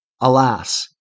Alas